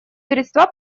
средства